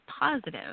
positive